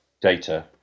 data